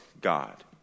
God